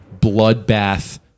bloodbath